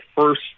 first